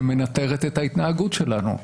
שמנטרת את ההתנהגות שלנו.